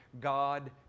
God